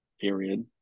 Period